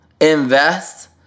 invest